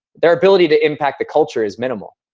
their ability to impact the culture is minimal.